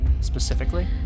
specifically